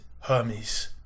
Hermes